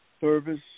service